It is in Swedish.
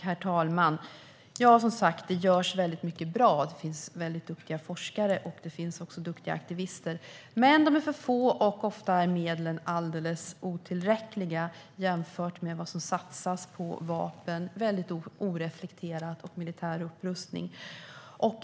Herr talman! Det görs som sagt mycket bra, och det finns duktiga forskare. Det finns också duktiga aktivister. Men de är för få, och ofta är medlen alldeles otillräckliga jämfört med vad som oreflekterat satsas på vapen och militär upprustning.